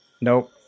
Nope